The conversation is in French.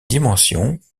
dimensions